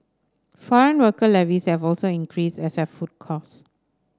foreign worker levies have also increased as have food costs